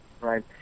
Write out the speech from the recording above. Right